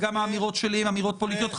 וגם האמירות שלי הן אמירות פוליטיות.